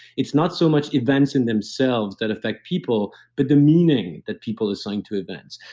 it's not so much events in themselves that affect people, but the meaning that people assign to events,